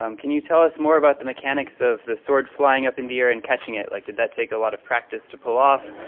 um can you tell us more about the mechanics of the sword flying up in the air and catching it? like, did that take a lot of practice to pull off?